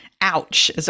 Ouch